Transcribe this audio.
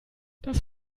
das